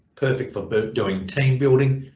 perfect for doing team building,